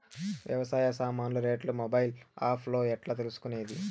వ్యవసాయ సామాన్లు రేట్లు మొబైల్ ఆప్ లో ఎట్లా తెలుసుకునేది?